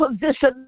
position